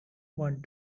want